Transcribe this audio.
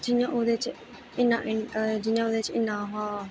जियां ओह्दे च इ'यां जियां ओह्दे च इन्ना ओह् हा